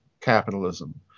capitalism